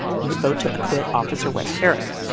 he would vote to acquit officer wes kerrick.